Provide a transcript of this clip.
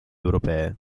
europee